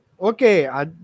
okay